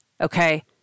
okay